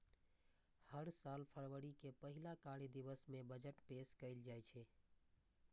हर साल फरवरी के पहिल कार्य दिवस कें बजट पेश कैल जाइ छै